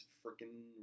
freaking